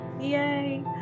Yay